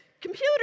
computer